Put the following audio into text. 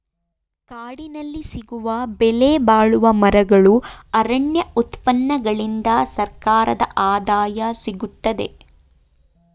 ಕಾಡಿನಲ್ಲಿ ಸಿಗುವ ಬೆಲೆಬಾಳುವ ಮರಗಳು, ಅರಣ್ಯ ಉತ್ಪನ್ನಗಳಿಂದ ಸರ್ಕಾರದ ಆದಾಯ ಸಿಗುತ್ತದೆ